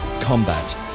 combat